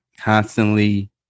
constantly